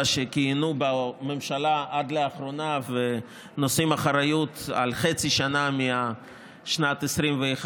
שכיהנו בממשלה עד לאחרונה ונושאים באחריות על חצי שנה משנת 2021,